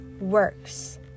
works